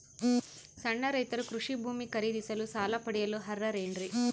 ಸಣ್ಣ ರೈತರು ಕೃಷಿ ಭೂಮಿ ಖರೇದಿಸಲು ಸಾಲ ಪಡೆಯಲು ಅರ್ಹರೇನ್ರಿ?